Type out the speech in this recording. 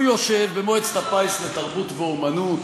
הוא יושב במועצת הפיס לתרבות ואמנות,